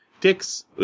dick's